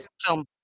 film